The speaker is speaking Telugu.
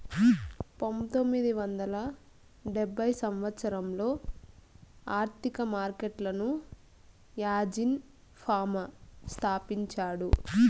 పంతొమ్మిది వందల డెబ్భై సంవచ్చరంలో ఆర్థిక మార్కెట్లను యాజీన్ ఫామా స్థాపించాడు